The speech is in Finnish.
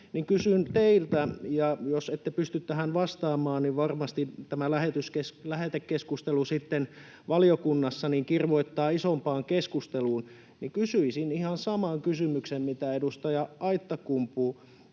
näe — ja jos ette pysty tähän vastaamaan, niin varmasti tämä lähetekeskustelu sitten valiokunnassa kirvoittaa isompaan keskusteluun. Eli kysyisin ihan saman kysymyksen, mitä edustaja Aittakumpu